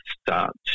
start